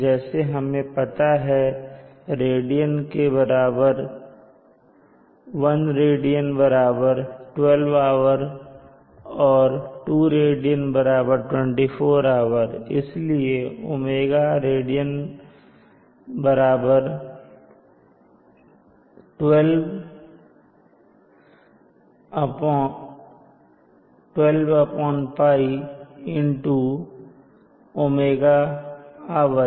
जैसा हमें पता है π रेडियन बराबर 12 आवर और 2π रेडियन बराबर 24 आवर है इसलिए ओमेगा रेडियन बराबर 12π 𝝎 आवर